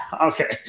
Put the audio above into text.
okay